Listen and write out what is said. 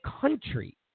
country